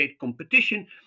competition